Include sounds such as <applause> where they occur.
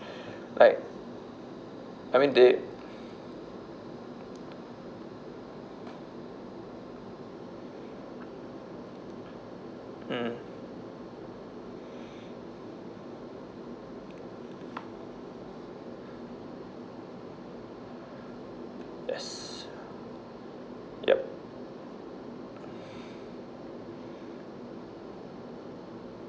<breath> like I mean they <breath> mm <breath> yes yup <breath>